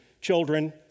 children